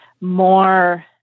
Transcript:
more